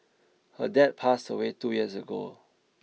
her dad passed away two years ago